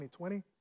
2020